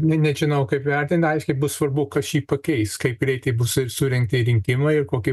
ne nežinau kaip vertint aiškiai bus svarbu kas jį pakeis kaip greitai bus ir surengti rinkimai ir kokį